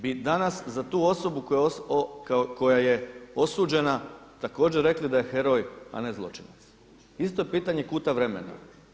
Mnogi bi danas za tu osobu koja je osuđena također rekla da je heroj, a ne zločinac, isto pitanje kuta vremena.